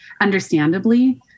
understandably